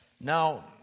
Now